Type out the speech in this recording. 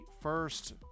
first